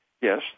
Yes